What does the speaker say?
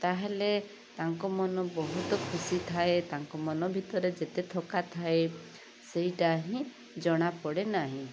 ତା'ହେଲେ ତାଙ୍କ ମନ ବହୁତ ଖୁସି ଥାଏ ତାଙ୍କ ମନ ଭିତରେ ଯେତେ ଥକା ଥାଏ ସେଇଟା ହିଁ ଜଣା ପଡ଼େ ନାହିଁ